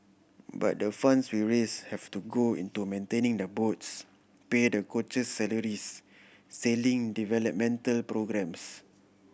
but the funds we raise have to go into maintaining the boats pay the coaches salaries sailing developmental programmes